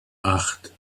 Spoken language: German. acht